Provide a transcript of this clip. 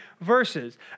verses